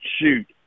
shoot